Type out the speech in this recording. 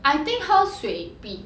I think 喝水比